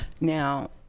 Now